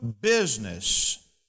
business